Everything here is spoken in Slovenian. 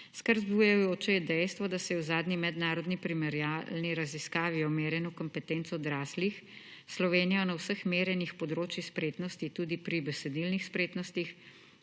Skrb zbujajoče je dejstvo, da se je v zadnji mednarodni primerjalni raziskavi o merjenju kompetenc odraslih Slovenija na vseh merjenih področjih spretnosti tudi pri besedilnih spretnostih